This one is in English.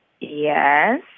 Yes